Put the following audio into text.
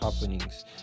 happenings